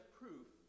proof